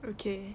okay